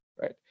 right